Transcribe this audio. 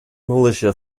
militia